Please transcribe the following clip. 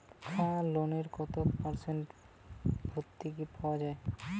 শিক্ষা লোনে কত পার্সেন্ট ভূর্তুকি পাওয়া য়ায়?